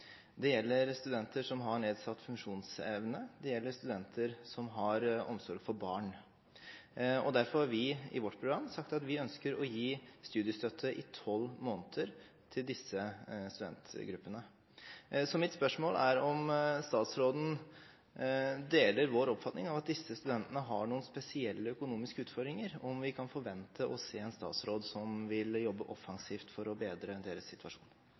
det gjelder studenter som har nedsatt funksjonsevne, det gjelder studenter som har omsorg for barn – derfor har vi i vårt program sagt at vi ønsker å gi studiestøtte i 12 måneder til disse studentgruppene. Så mitt spørsmål er om statsråden deler vår oppfatning av at disse studentene har noen spesielle økonomiske utfordringer, og om vi kan forvente å se en statsråd som vil jobbe offensivt for å bedre deres situasjon.